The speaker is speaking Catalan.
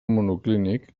monoclínic